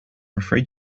afraid